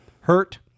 hurt